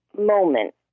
moment